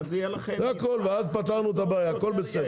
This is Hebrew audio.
כך נפתור את הבעיה והכול בסדר.